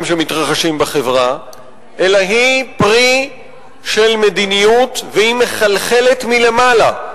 שמתרחשים בחברה אלא היא פרי של מדיניות והיא מחלחלת מלמעלה.